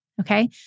Okay